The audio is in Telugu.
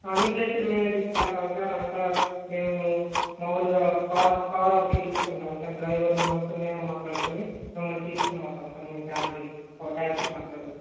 అన్నీప్లేసులు మేమే తీసుకెళతాం సార్ అంతా మేము మాములుగా కార్ కార్ ఒకటి చూసుకుంటాం సార్ డ్రైవర్ ని మొత్తం మేమే మాట్లాడుకుని మిమ్మల్ని తీసుకుని పోతాం సార్ మీ ఫ్యామిలీ ని ఒక ట్యాక్సీ మాట్లాడి